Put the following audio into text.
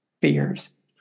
fears